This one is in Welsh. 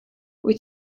wyt